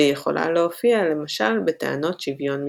והיא יכולה להופיע, למשל, בטענות שוויון מספרי.